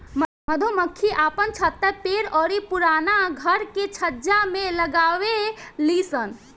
मधुमक्खी आपन छत्ता पेड़ अउरी पुराना घर के छज्जा में लगावे लिसन